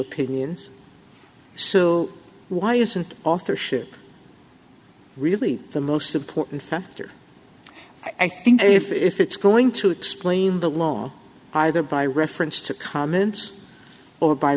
opinions so why isn't authorship really the most important factor i think if it's going to explain the law either by reference to comments or by